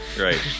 Right